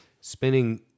spinning